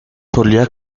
solía